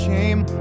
shame